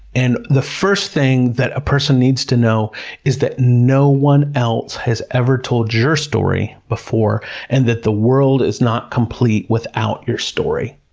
and the first thing that a person needs to know is that no one else has ever told your story before and that the world is not complete without your story.